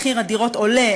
מחיר הדירות עולה,